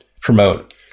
promote